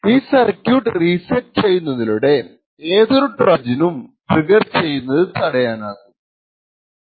ഈ circuit reset ചെയ്യുന്നതിലൂടെ ഏതൊരു ട്രോജനും ട്രിഗർ ചെയ്യുന്നത് തടയാനാകുo